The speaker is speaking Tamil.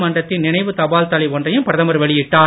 மன்றத்தின் நினைவு தபால் தலை ஒன்றையும் பிரதமர் வெளியிட்டார்